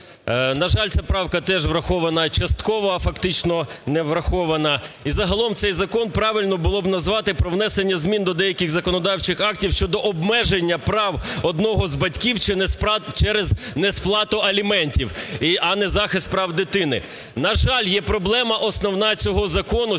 На жаль, ця правка теж врахована частково, а фактично не врахована. І загалом цей закон правильно було б назвати "про внесення змін до деяких законодавчих актів щодо обмеження прав одного з батьків через несплату аліментів", а не захист прав дитини. На жаль, є проблема основна цього закону,